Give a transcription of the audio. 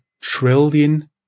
trillion